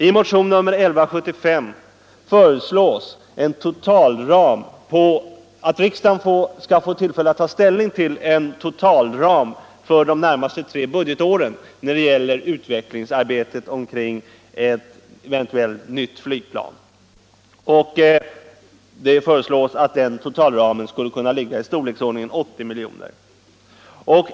I motionen 1175 föreslås att riksdagen skall få tillfälle att ta ställning till en totalram för utvecklingsarbetet kring ett eventuellt nytt flygplan under de närmaste tre budgetåren och att den totalramen skulle ligga i storleksordningen 80 milj.kr.